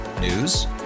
News